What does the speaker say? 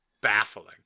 baffling